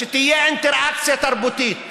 שתהיה אינטראקציה תרבותית,